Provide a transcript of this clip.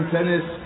Tennis